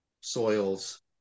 soils